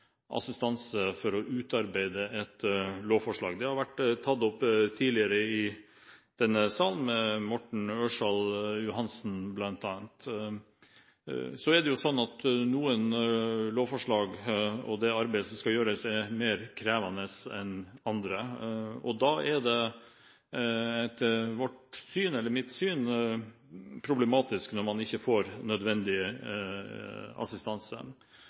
assistanse for å utarbeide et lovforslag. Det har vært tatt opp tidligere i denne sal ved Morten Ørsal Johansen bl.a. Noen lovforslag og det arbeid som skal gjøres, er mer krevende enn andre. Da er det etter mitt syn problematisk når man ikke får nødvendig assistanse.